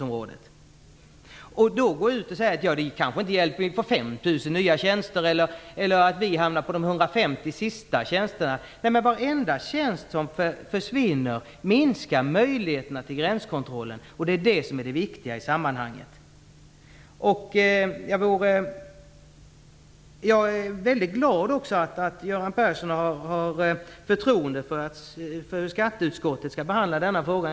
Det ger inget att då gå ut och säga att det kanske inte hjälper om vi får 5 000 nya tjänster eller att vi hamnar på de 150 sista tjänsterna. Varenda tjänst som försvinner minskar möjligheterna till gränskontroll. Det är detta som är det viktiga i sammanhanget. Jag är mycket glad över att Göran Persson har förtroende för skatteutskottet som skall behandla den här frågan.